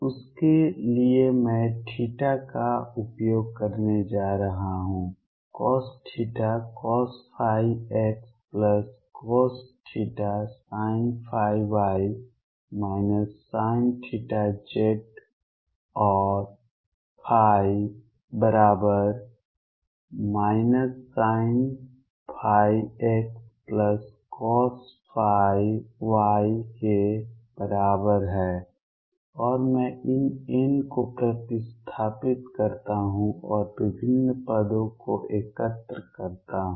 उसके लिए मैं का उपयोग करने जा रहा हूं cosθcosϕx cosθsinϕy sinθz और sinϕx cosϕy के बराबर है और मैं इन n को प्रतिस्थापित करता हूं और विभिन्न पदों को एकत्र करता हूं